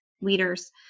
leaders